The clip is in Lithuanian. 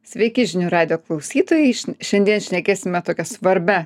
sveiki žinių radijo klausytojai šiandien šnekėsime tokia svarbia